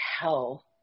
hell